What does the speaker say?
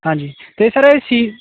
ਹਾਂਜੀ ਅਤੇ ਸਰ ਇਹ ਸੀ